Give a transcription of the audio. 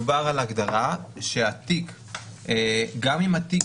מדובר על הגדרה שאומרת שגם אם תיק